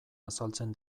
azaltzen